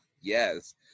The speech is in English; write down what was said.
Yes